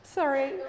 sorry